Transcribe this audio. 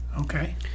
Okay